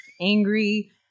angry